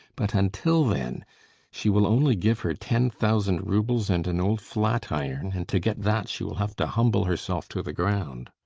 but until then she will only give her ten thousand roubles and an old flat-iron, and to get that she will have to humble herself to the ground.